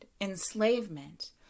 enslavement